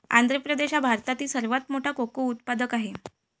आंध्र प्रदेश हा भारतातील सर्वात मोठा कोको उत्पादक आहे